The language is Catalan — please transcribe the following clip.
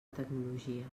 tecnologia